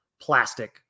plastic